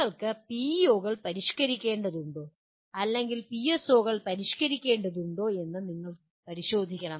നിങ്ങൾക്ക് പിഇഒകൾ പരിഷ്ക്കരിക്കേണ്ടതുണ്ടോ അല്ലെങ്കിൽ പിഎസ്ഒകൾ പരിഷ്ക്കരിക്കേണ്ടതുണ്ടോ എന്ന് നിങ്ങൾ പരിശോധിക്കണം